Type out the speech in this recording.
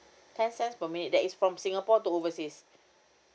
ten cents per minute that is from singapore to overseas